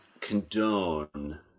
condone